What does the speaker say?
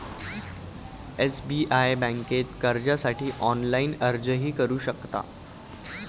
SBI बँकेत कर्जासाठी online अर्जही करू शकता